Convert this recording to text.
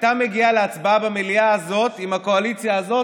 הייתה מגיעה להצבעה במליאה הזאת עם הקואליציה הזאת,